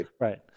right